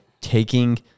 taking